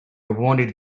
wanted